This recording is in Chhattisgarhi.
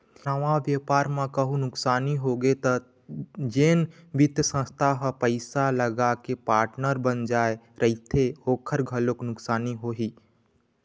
नवा बेपार म कहूँ नुकसानी होगे त जेन बित्तीय संस्था ह पइसा लगाके पार्टनर बन जाय रहिथे ओखर घलोक नुकसानी होही